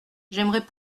j’aimerais